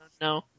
No